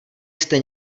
jste